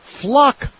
Flock